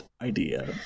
idea